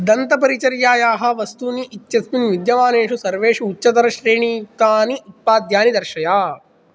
दन्तपरिचर्यायाः वस्तूनि इत्यस्मिन् विद्यमानेषु सर्वेषु उच्चतरश्रेणीयुक्तानि उत्पाद्यानि दर्शय